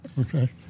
Okay